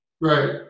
Right